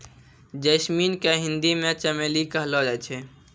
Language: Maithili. जैस्मिन के हिंदी मे चमेली कहलो जाय छै